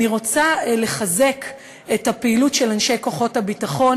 אני רוצה לחזק את הפעילות של אנשי כוחות הביטחון